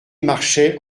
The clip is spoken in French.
marchait